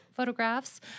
photographs